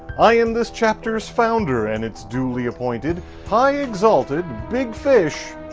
i am this chapters founder and it's duly appointed high exalted big fish,